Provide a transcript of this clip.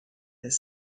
his